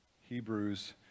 Hebrews